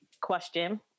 question